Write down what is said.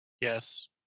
Yes